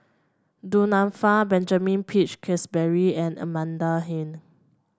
Du Nanfa Benjamin Peach Keasberry and Amanda Heng